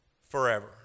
forever